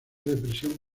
depresión